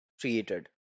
created